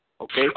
Okay